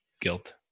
guilt